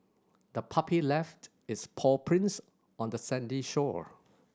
the puppy left its paw prints on the sandy shore